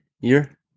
year